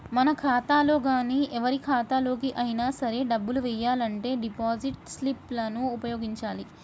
మన ఖాతాలో గానీ ఎవరి ఖాతాలోకి అయినా సరే డబ్బులు వెయ్యాలంటే డిపాజిట్ స్లిప్ లను ఉపయోగించాలి